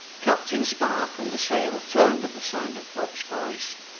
captain spark and the sailor turned at the sound of bob's voice.